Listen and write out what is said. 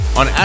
on